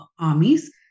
armies